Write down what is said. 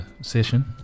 session